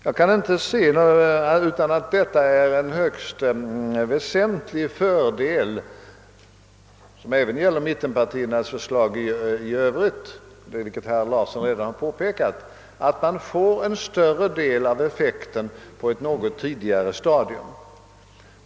Jag kan inte se annat än att det är en högst väsentlig fördel med mittenpartiernas förslag — detta gäller även mittenpartiernas förslag i övrigt, vilket som herr Larsson har påpekat, medför att man får en större del av effekten på ett något tidigare stadium.